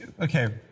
okay